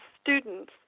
students